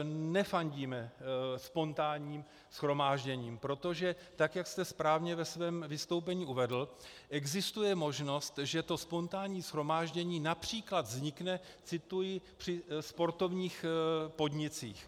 Nefandíme spontánním shromážděním, protože tak jak jste správně ve svém vystoupení uvedl, existuje možnost, že to spontánní shromáždění například vznikne cituji při sportovních podnicích.